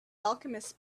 alchemists